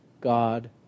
God